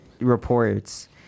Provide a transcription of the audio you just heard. reports